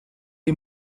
the